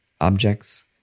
objects